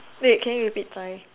wait can you repeat sorry